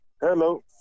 Hello